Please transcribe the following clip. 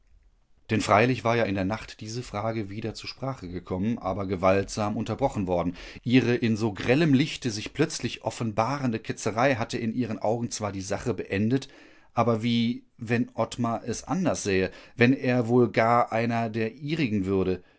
denn freilich war ja in der nacht diese frage wieder zur sprache gekommen aber gewaltsam unterbrochen worden ihre in so grellem lichte sich plötzlich offenbarende ketzerei hatte in ihren augen zwar die sache beendet aber wie wenn ottmar es anders ansähe wenn er wohl gar einer der ihrigen würde